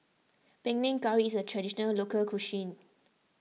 Panang Curry is a Traditional Local Cuisine